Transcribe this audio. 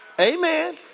Amen